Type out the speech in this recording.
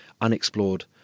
unexplored